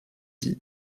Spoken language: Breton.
deiz